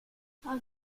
har